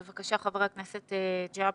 בבקשה, חבר הכנסת ג'אבר.